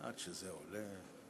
עד שזה עולה.